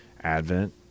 Advent